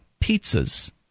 pizzas